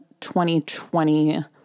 2020